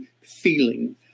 feeling